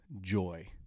joy